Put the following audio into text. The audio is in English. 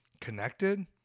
connected